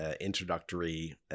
introductory